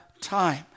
time